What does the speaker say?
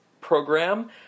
program